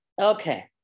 Okay